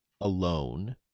alone